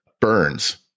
burns